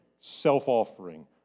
self-offering